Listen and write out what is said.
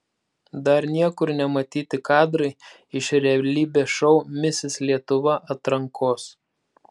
dar niekur nematyti kadrai iš realybės šou misis lietuva atrankos